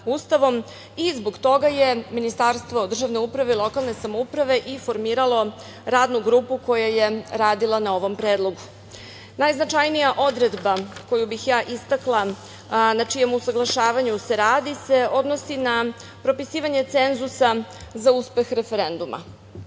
i zbog toga je Ministarstvo državne uprave i lokalne samouprave i formiralo Radnu grupu koja je radila na ovom predlogu. Najznačajnija odredba koju bih ja istakla, na čijem usaglašavanju se radi, odnosi se na propisivanje cenzusa za uspeh referenduma. Član